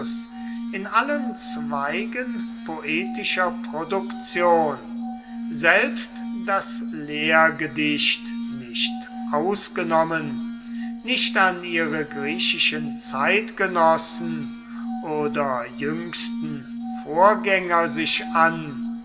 in allen zweigen poetischer produktion selbst das lehrgedicht nicht ausgenommen nicht an ihre griechischen zeitgenossen oder jüngsten vorgänger sich an